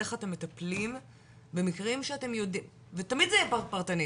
איך אתם מטפלים במקרים שאתם ותמיד זה יהיה פרטני,